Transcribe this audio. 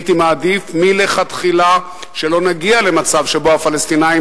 הייתי מעדיף מלכתחילה שלא נגיע למצב שבו הפלסטינים